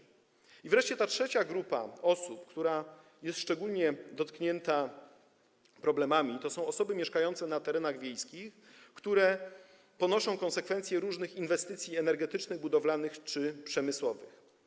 I wreszcie trzecia grupa osób, która jest szczególnie dotknięta problemami, to są osoby mieszkające na terenach wiejskich, które ponoszą konsekwencje różnych inwestycji energetycznych, budowlanych czy przemysłowych.